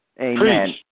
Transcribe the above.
Amen